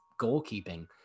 goalkeeping